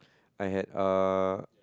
I had err